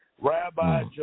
Rabbi